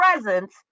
presence